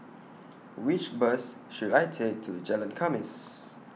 Which Bus should I Take to Jalan Khamis